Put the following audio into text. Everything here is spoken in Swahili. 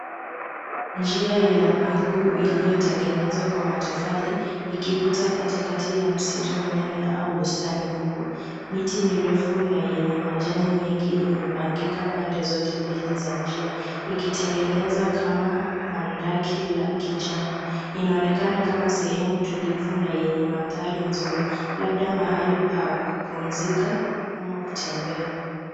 Njia ya mguu iliyotengenezwa kwa matofali ikipita katikati ya msitu mnene au bustani kubwa. Miti mirefu na yenye majani mengi imepangika pande zote mbili za njia ikitengeneza kama handaki la kijani. Inaonekana kama sehemu tulivu na yenye mandhari nzuri labda mahali pa kupumzika ama kutembea.